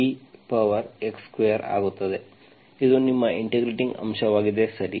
ಇದು ನಿಮ್ಮ ಇಂಟಿಗ್ರೇಟಿಂಗ್ ಅಂಶವಾಗಿದೆ ಸರಿ